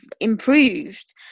improved